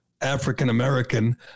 African-American